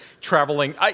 traveling